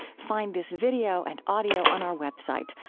find this video and audio on our website,